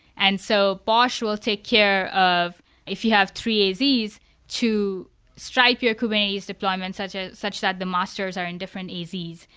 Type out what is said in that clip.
and so bosh will take care of if you have three az's to stripe your kubernetes deployments such ah such that the masters are in different az's,